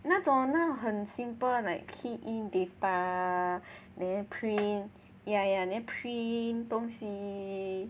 那种那很 simple like key in data then print yeah yeah then print 东西